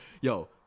Yo